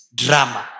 drama